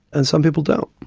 and some people don't.